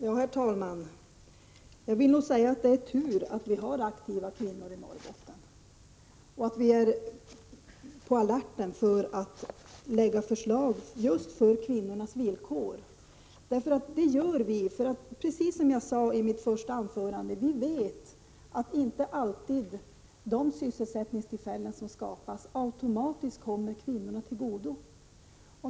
Herr talman! Det är nog tur att det finns aktiva kvinnor i Norrbotten och att vi är på alerten för att lägga fram förslag just på kvinnornas villkor. Det gör vi därför att, som jag sade i mitt första anförande, vi vet att de sysselsättningstillfällen som skapas inte alltid automatiskt kommer kvinnorna till godo.